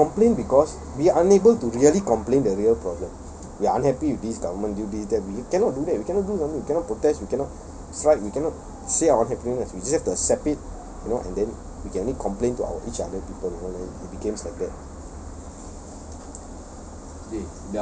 they we complain because we unable to really complain the real problem we are unhappy with this government this that we cannot do that we cannot do nothing we cannot protest we cannot slide you cannot say our unhappiness we just have to accept it you know and then we can only complain to our each other people it became like that